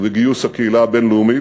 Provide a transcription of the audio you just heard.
ובגיוס הקהילה הבין-לאומית,